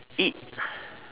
eat